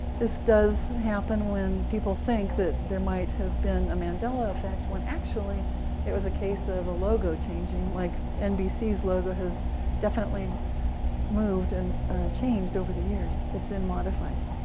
this does happen when people think that there might have been a mandela effect, when actually it was a case of a logo changing, like nbc's logo has definitely moved and changed over the years it's been modified.